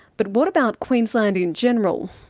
but what about queensland in general?